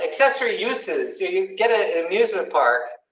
accessory uses you can get an amusement park.